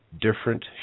different